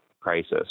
crisis